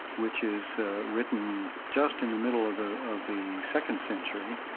which is written just in the middle of the of the second century,